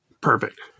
Perfect